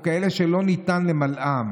או כאלה שלא ניתן למלאם,